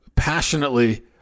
passionately